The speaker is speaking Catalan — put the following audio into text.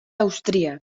austríac